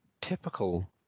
typical